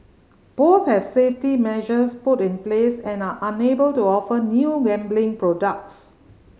both have safety measures put in place and are unable to offer new gambling products